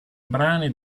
brani